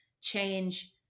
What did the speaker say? change